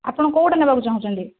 ଆପଣ କେଉଁଟା ନେବାକୁ ଚାହୁଁଛନ୍ତି